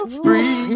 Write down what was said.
free